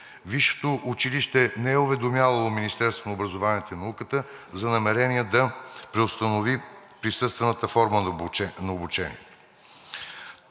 Висшето училище не е уведомявало Министерството на образованието и науката за намерение да преустанови присъствената форма на обучение.